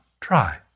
try